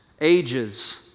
ages